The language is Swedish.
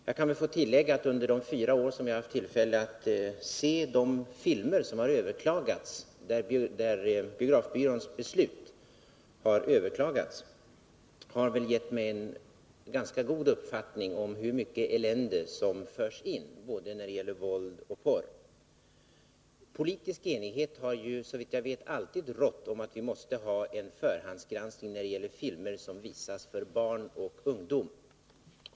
Låt mig tillägga att under de fyra år som jag haft tillfälle att se de filmer för vilka biografbyråns beslut har överklagats har jag kunnat bilda mig en ganska god uppfattning om hur mycket elände som förs in både när det gäller våld och när det gäller porr. Politisk enighet har såvitt jag vet alltid rått om att vi måste ha en förhandsgranskning när det gäller filmer som visas för barn och ungdom.